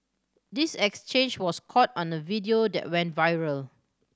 this exchange was caught on a video that went viral